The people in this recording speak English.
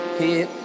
hit